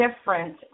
different